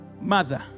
mother